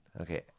Okay